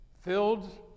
Filled